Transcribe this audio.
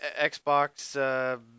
Xbox